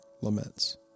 laments